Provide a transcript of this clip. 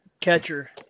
catcher